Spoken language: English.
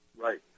Right